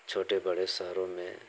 छोटे बड़े शहरों में